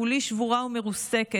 כולי שבורה ומרוסקת,